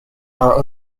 are